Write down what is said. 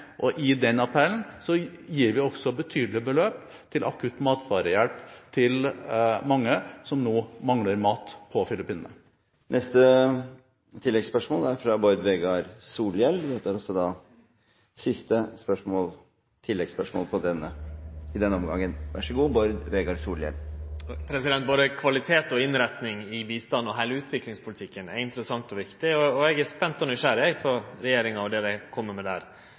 og i den appellen gir vi betydelige beløp til akutt matvarehjelp til mange på Filippinene som nå mangler mat. Bård Vegar Solhjell – til siste oppfølgingsspørsmål i denne omgangen. Både kvaliteten på og innretninga av bistanden og heile utviklingspolitikken er interessant og viktig, og eg er spent og nysgjerrig på det regjeringa kjem med der.